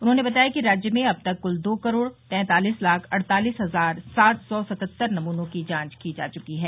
उन्होंने बताया कि राज्य में अब तक कुल दो करोड़ तैंतालीस लाख अड़तालीस हजार सात सौ सतहत्तर नमूनों की जांच की जा चुकी है